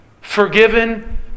Forgiven